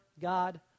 God